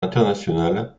international